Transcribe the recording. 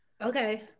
Okay